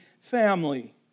family